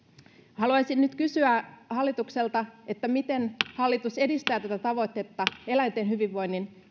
haluaisin nyt kysyä hallitukselta miten hallitus edistää tätä tavoitetta eläinten hyvinvoinnin